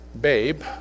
babe